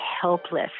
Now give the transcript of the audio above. helpless